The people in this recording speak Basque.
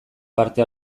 parte